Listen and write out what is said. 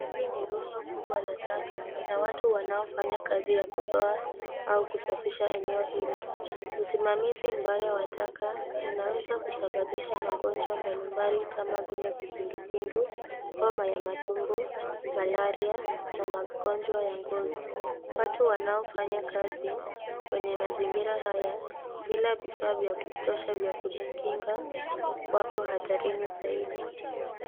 Hili ni rundo kubwa la taka, na watu wanaofanya kazi ya kuzoa au kusafisha eneo hili, usimamizi mbaya wa taka unaweza kusababisha magonjwa mbalimbali kama vile kipindupindu, homa ya matumbo , malaria na magonjwa ya ngozi. Watu wanaofanya kazi kwenye mazingira haya bila vifaa vya kutosha vya kujikinga wako hatarini zaidi.